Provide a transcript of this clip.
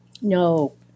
No